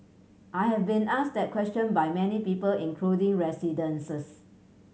I have been asked that question by many people including resident